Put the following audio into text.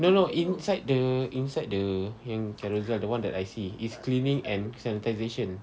no no inside the inside the in Carousell the [one] that I see it's cleaning and sanitisation